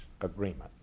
agreement